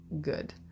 good